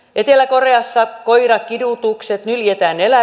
etelä koreassa koirakidutukset